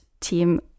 team